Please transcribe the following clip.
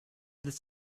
this